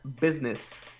business